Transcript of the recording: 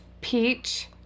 peach